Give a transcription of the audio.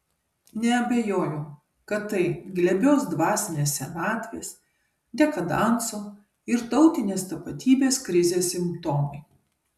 neabejoju kad tai glebios dvasinės senatvės dekadanso ir tautinės tapatybės krizės simptomai